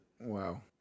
Wow